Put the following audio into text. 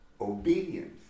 Obedience